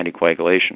anticoagulation